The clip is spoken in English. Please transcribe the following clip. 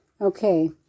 Okay